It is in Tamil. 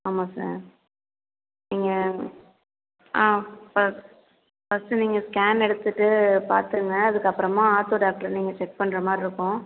ஆமாம் சார் நீங்கள் ஆ ப ஃபஸ்ட்டு நீங்கள் ஸ்கேன் எடுத்துவிட்டு பார்த்துங்க அதுக்கப்புறமா ஆர்த்தோ டாக்டர் நீங்கள் செக் பண்றமாதிரி இருக்கும்